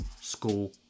school